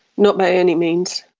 not by any means.